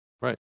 right